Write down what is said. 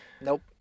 Nope